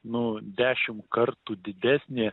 nu dešimt kartų didesnė